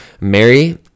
Mary